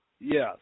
Yes